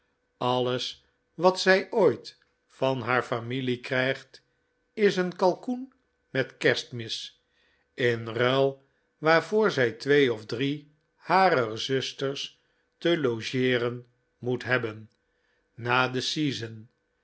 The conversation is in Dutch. alles wat zij ooit van haar familie krijgt is een kalkoen met kerstmis in ruil waarvoor zij twee of drie harer zusters te logeeren moet hebben na de season